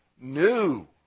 new